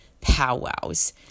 powwows